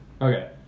Okay